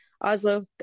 oslo